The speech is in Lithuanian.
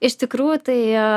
iš tikrųjų tai